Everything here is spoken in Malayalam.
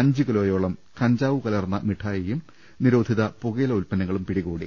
അഞ്ച് കിലോയോളം കഞ്ചാവു കലർന്ന മിഠാ യിയും നിരോധിത പുകയില ഉത്പന്നങ്ങളും പിടികൂ ടി